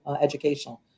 educational